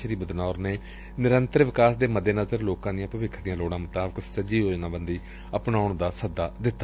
ਸ੍ਰੀ ਬਦਨੌਰ ਨੇ ਨਿਰੰਤਰ ਵਿਕਾਸ ਦੇ ਮੱਦੇਨਜ਼ਰ ਲੋਕਾਂ ਦੀਆਂ ਭਵਿੱਖ ਦੀਆਂ ਲੋੜਾਂ ਮੁਤਾਬਕ ਸੁਚੱਜੀ ਯੋਜਨਾਬੰਦੀ ਅਪਣਾਉਣ ਦਾ ਸੱਦਾ ਦਿੱਤਾ